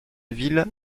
ville